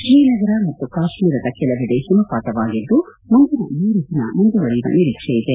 ಶ್ರೀನಗರ ಮತ್ತು ಕಾಶ್ನೀರದ ಕೆಲವೆಡೆ ಹಿಮಪಾತವಾಗಿದ್ದು ಮುಂದಿನ ಮೂರು ದಿನ ಮುಂದುವರಿಯುವ ನಿರೀಕ್ಷೆ ಇದೆ